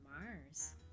Mars